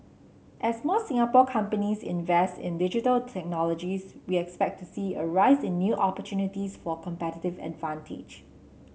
as more Singapore companies invest in Digital Technologies we expect to see a rise in new opportunities for competitive advantage